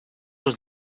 was